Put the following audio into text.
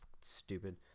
stupid